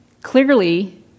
Clearly